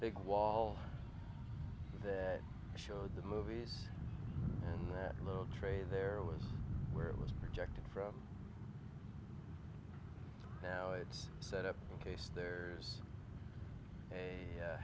big wall that showed the movies and the little tray there was where it was projected from now it's set up case there is a